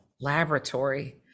laboratory